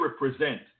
represent